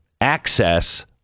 access